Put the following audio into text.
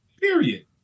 period